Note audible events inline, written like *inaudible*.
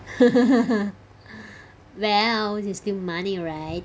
*laughs* well it's still money right